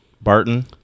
Barton